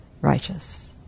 righteous